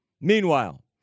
Meanwhile